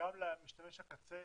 גם למשתמש הקצה,